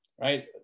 right